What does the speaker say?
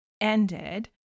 ended